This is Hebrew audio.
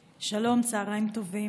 שלום, צוהריים טובים.